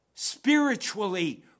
Spiritually